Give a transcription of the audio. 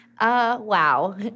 Wow